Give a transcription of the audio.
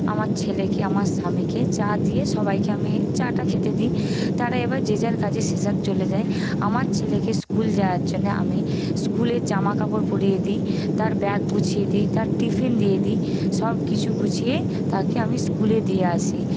আমার ছেলেকে আমার স্বামীকে চা দিয়ে সবাইকে আমি চা টা খেতে দিই তারা এবার যে যার কাজে সে তার চলে যায় আমার ছেলেকে স্কুল যাওয়ার জন্য আমি স্কুলের জামাকাপড় পরিয়ে দিই তার ব্যাগ গুছিয়ে দিই তার টিফিন দিয়ে দিই সব কিছু গুছিয়ে তাকে আমি স্কুলে দিয়ে আসি